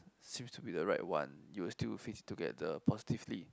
seems to be the right one you will still fix together positively